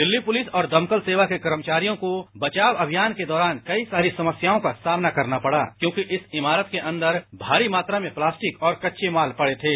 Delhi police और दमकल सेवा के कर्मचारियों को बचाव अभियान के दौरान कई सारी समस्याओं का सामना करना पड़ा क्योंकि इस इमारत के अंदर भारी मात्रा में प्लास्टिक और कच्चे माल पड़े थे